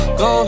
go